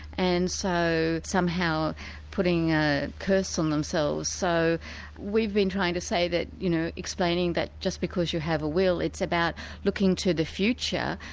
and so somehow putting a curse on themselves. so we've been trying to say, you know explaining that just because you have a will, it's about looking to the future,